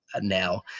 now